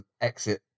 exit